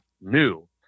new